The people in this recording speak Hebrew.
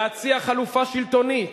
להציע חלופה שלטונית.